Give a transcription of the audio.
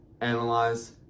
analyze